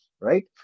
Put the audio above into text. right